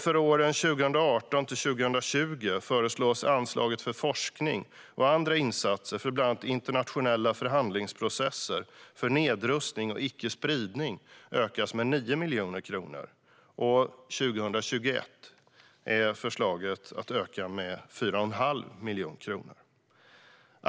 För åren 2018-2020 föreslås anslaget för forskning och andra insatser för bland annat internationella förhandlingsprocesser för nedrustning och icke-spridning ökas med 9 miljoner kronor. För år 2021 är förslaget att det ska öka med 4 1⁄2 miljon kronor.